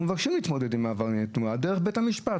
אנחנו מבקשים להתמודד עם עברייני התנועה דרך בית המשפט.